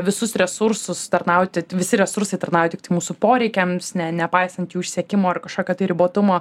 visus resursus tarnauti visi resursai tarnauja tiktai mūsų poreikiams ne nepaisant jų išsekimo ar kažkiokio tai ribotumo